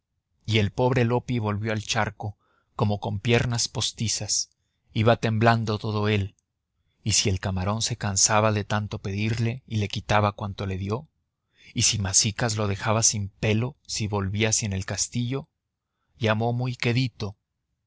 y el pobre loppi volvió al charco como con piernas postizas iba temblando todo él y si el camarón se cansaba de tanto pedirle y le quitaba cuanto le dio y si masicas lo dejaba sin pelo si volvía sin el castillo llamó muy quedito